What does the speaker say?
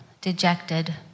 dejected